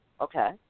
Okay